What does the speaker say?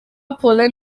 paulin